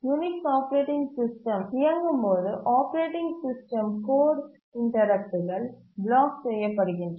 Unix operating system இயங்கும்போது operating system code இன்டரப்ட்டுகள் block செய்யப்படுகின்றன